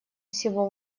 всего